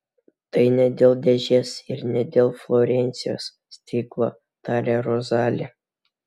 tai ne dėl dėžės ir ne dėl florencijos stiklo tarė rozali